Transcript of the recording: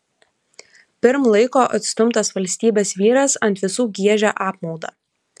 pirm laiko atstumtas valstybės vyras ant visų giežia apmaudą